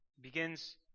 Begins